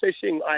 fishing